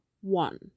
one